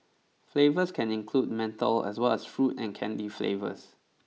flavours can include menthol as well as fruit and candy flavours